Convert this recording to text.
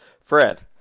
Fred